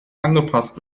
angepasst